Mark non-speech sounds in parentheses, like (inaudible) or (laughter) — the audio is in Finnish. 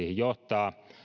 (unintelligible) johtavat